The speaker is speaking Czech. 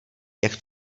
jak